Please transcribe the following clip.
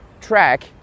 Track